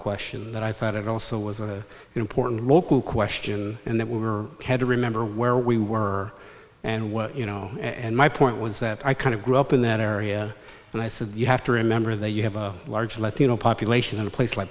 question that i thought it also was a important local question and that we were had to remember where we were and what you know and my point was that i kind of grew up in that area and i said you have to remember that you have a large latino population in a place like